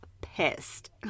pissed